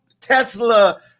Tesla